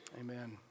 Amen